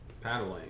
Paddling